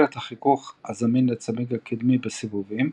את החיכוך הזמין לצמיג הקדמי בסיבובים,